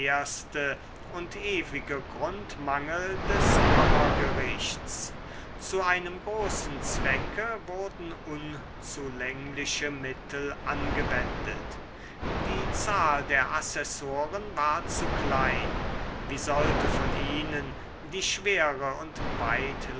und ewige grundmangel des kammergerichts zu einem großen zwecke wurden unzulängliche mittel angewendet die zahl der assessoren war zu klein wie sollte von ihnen die schwere und